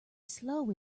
slow